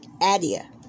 Adia